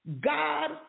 God